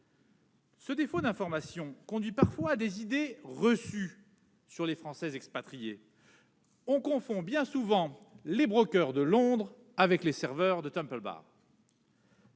tel défaut d'information est source d'idées reçues sur les Français expatriés : on confond bien souvent les de Londres avec les serveurs de Temple Bar